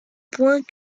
point